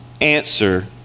answer